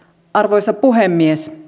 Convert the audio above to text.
arvoisa puhemies